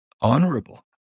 honorable